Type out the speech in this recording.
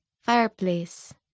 fireplace